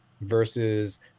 versus